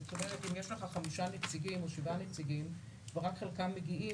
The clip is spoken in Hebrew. אם יש לך חמישה נציגים או שבעה נציגים ורק חלקם מגיעים,